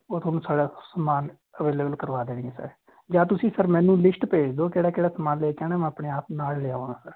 ਉਹ ਤੁਹਾਨੂੰ ਸਜਾ ਸਾਰਾ ਸਮਾਨ ਅਵੇਲੇਬਲ ਕਰਵਾ ਦੇਣਗੇ ਸਰ ਜਾਂ ਸਰ ਤੁਸੀਂ ਮੈਨੂੰ ਲਿਸਟ ਭੇਜ ਦਿਓ ਕਿਹੜਾ ਕਿਹੜਾ ਸਮਾਨ ਲੈ ਕੇ ਆਉਣਾ ਮੈਂ ਆਪਣੇ ਆਪ ਨਾਲ ਲੈ ਆਵਾਂਗਾ ਸਰ